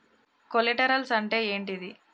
Collaterals అంటే ఏంటిది?